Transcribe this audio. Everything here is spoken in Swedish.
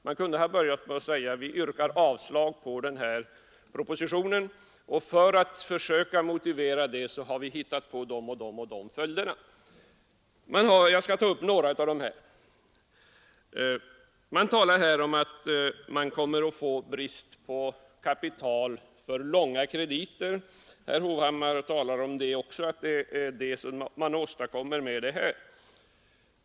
Man kunde ha börjat med att säga: ”Vi yrkar avslag på propositionen, och för att försöka motivera det har vi hittat på de här följderna.” Jag skall ta upp några av motiveringarna. Man talar om att det kommer att bli brist på kapital för långa krediter, och det tar herr Hovhammar också upp.